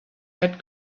that